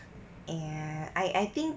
and I I think